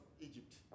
Egypt